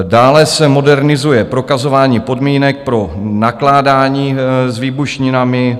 Dále se modernizuje prokazování podmínek pro nakládání s výbušninami.